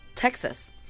Texas